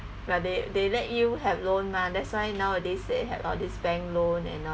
but they they let you have loan mah that's why nowadays they have all these bank loan and all